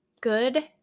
Good